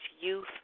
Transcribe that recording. youth